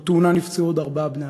בתאונה נפצעו עוד ארבעה בני-אדם.